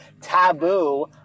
taboo